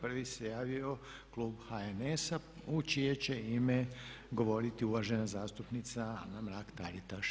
Prvi se javio klub HNS-a u čije će ime govoriti uvažena zastupnica Anka Mrak-Taritaš.